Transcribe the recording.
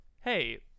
Hey